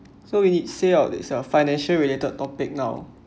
so we need say out it's our financial related topic now